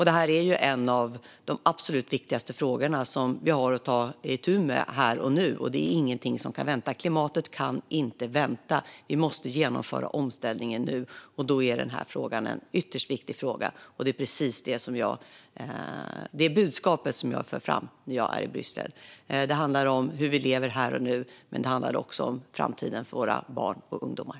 Det här är en av de absolut viktigaste frågor som vi har att ta itu med här och nu. Det är ingenting som kan vänta. Klimatet kan inte vänta. Vi måste genomföra omställningen nu, och då är den här frågan ytterst viktig. Det är precis det budskap som jag för fram när jag är i Bryssel. Det handlar om hur vi lever här och nu, men det handlar också om framtiden för våra barn och ungdomar.